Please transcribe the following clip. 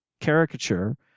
caricature